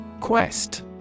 Quest